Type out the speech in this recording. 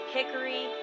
Hickory